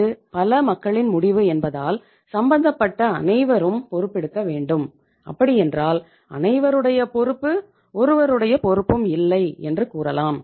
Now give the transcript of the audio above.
இது பல மக்களின் முடிவு என்பதால் சம்பந்தப்பட்ட அனைவரும் பொறுப்பெடுக்க வேண்டும் அப்படி என்றால் அனைவருடைய பொறுப்பு ஒருவருடைய பொறுப்பும் இல்லை என்றும் கூறலாம்